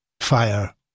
fire